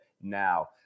now